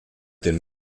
den